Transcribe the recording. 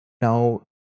Now